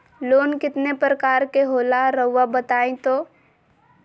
Loan कितने पारकर के होला रऊआ बताई तो?